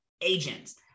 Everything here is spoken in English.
agents